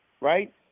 right